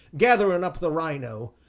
gathering up the rhino,